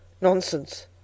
Nonsense